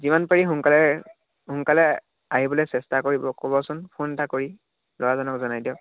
যিমান পাৰি সোনকালে সোনকালে আহিবলৈ চেষ্টা কৰিব ক'বচোন ফোন এটা কৰি ল'ৰাজনক জনাই দিয়ক